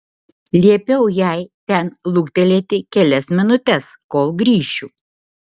liepiau jai ten luktelėti kelias minutes kol grįšiu